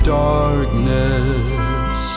darkness